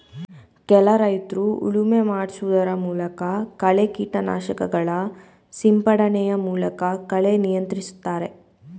ಕೆಲ ರೈತ್ರು ಉಳುಮೆ ಮಾಡಿಸುವುದರ ಮೂಲಕ, ಕಳೆ ಕೀಟನಾಶಕಗಳ ಸಿಂಪಡಣೆಯ ಮೂಲಕ ಕಳೆ ನಿಯಂತ್ರಿಸ್ತರೆ